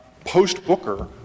post-Booker